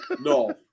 No